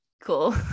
cool